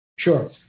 Sure